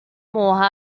more